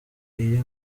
iyo